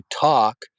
talk